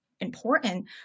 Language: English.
important